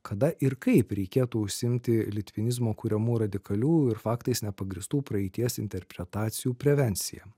kada ir kaip reikėtų užsiimti litvinizmo kuriamų radikalių ir faktais nepagrįstų praeities interpretacijų prevencija